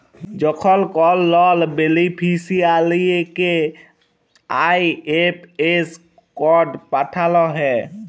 যখল কল লল বেলিফিসিয়ারিকে আই.এফ.এস কড পাঠাল হ্যয়